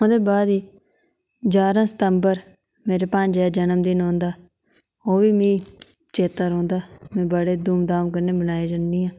ओह्दे बाद गी ञारां सितम्बर मेरे भांजे दा जन्म दिन औंदा ओह्बी में चेता रौंह्दा में बड़े धूम धाम कन्नै बनाया जन्नी आं